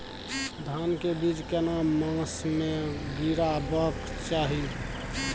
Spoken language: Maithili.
धान के बीज केना मास में गीराबक चाही?